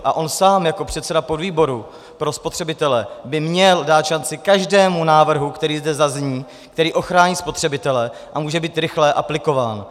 A on sám jako předseda podvýboru pro spotřebitele by měl dát šanci každému návrhu, který zde zazní, který ochrání spotřebitele a může být rychle aplikován.